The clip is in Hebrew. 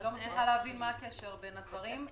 אני לא מצליחה להבין את הקשר בין הדברים.